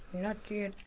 not yet.